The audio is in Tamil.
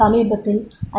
சமீபத்தில் ஐ